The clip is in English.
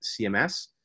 CMS